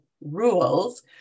rules